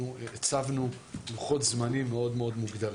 אנחנו הצבנו לוחות זמנים מאוד מוגדרים.